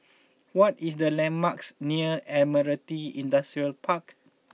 what is the landmarks near Admiralty Industrial Park